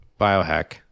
biohack